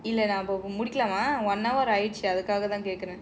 in a number of muslim I